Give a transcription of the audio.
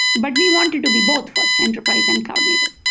but we wanted to be both fi rst enterprise and cloud native.